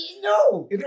No